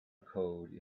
code